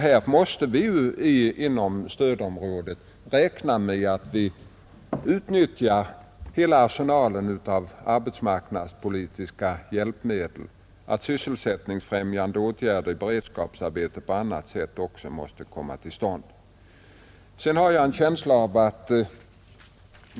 Vi måste inom stödområdet räkna med att vi utnyttjar hela arsenalen av arbetsmarknadspolitiska hjälpmedel, varvid också < sysselsättningsfrämjande åtgärder, beredskapsarbete osv., kommer i fråga.